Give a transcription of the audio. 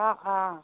অঁ অঁ